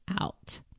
out